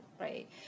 right